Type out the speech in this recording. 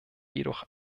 jedoch